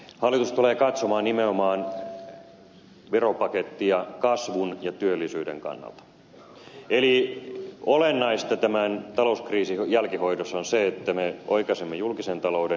hallitus tulee katsomaan veropakettia nimenomaan kasvun ja työllisyyden kannalta eli olennaista tämän talouskriisin jälkihoidossa on se että me oikaisemme julkisen talouden